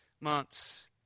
months